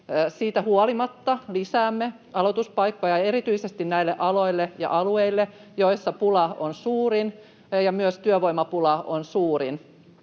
Siitä huolimatta lisäämme aloituspaikkoja erityisesti näille aloille ja alueille, joilla pula on suurin ja myös työvoimapula on suurin.